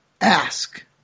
ask